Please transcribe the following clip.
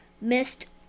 missed